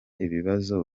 ibibazo